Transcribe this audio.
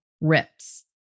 rips